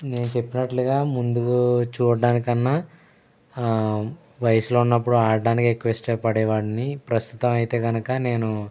నేను చెప్పినట్లుగా ముందుగు చూడ్డానికన్నా వయసులో ఉన్నప్పుడు ఆడటానికి ఎక్కువ ఇష్టపడేవాన్ని ప్రస్తుతం అయితే గనుక నేను